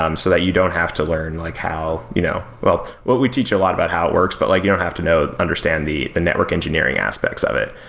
um so that you don't have to learn like how you know well, what we teach a lot about how it works, but like you don't have to know, understand the the network engineering aspects of it.